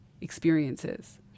experiences